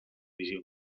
visió